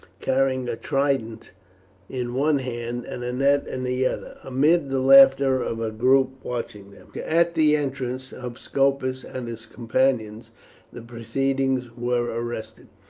carrying a trident in one hand and a net in the other, amid the laughter of a group watching them. at the entrance of scopus and his companions the proceedings were arrested.